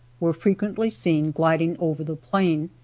were frequently seen gliding over the plain.